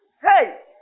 Hey